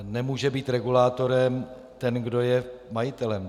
Nemůže být regulátorem ten, kdo je majitelem.